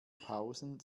pausen